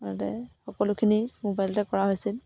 সকলোখিনি মোবাইলতে কৰা হৈছিল